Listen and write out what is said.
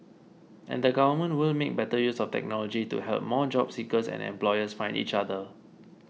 and the government will make better use of technology to help more job seekers and employers find each other